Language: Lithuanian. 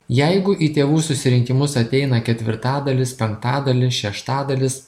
jeigu į tėvų susirinkimus ateina ketvirtadalis penktadalis šeštadalis